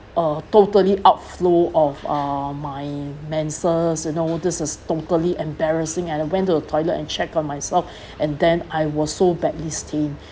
a totally outflow of uh my menses you know this is totally embarrassing and I went to the toilet and check on myself and then I was so badly stained